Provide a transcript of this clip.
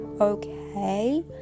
okay